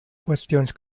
qüestions